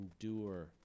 endure